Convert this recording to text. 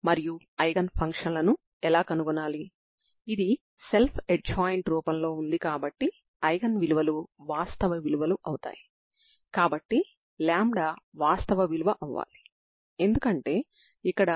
పరిష్కారం సపరబుల్ రూపం uxtXTt≠0 లో ఉంది అనుకోండి